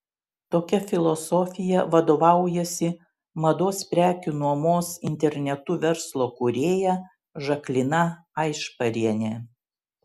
tokia filosofija vadovaujasi mados prekių nuomos internetu verslo kūrėja žaklina aišparienė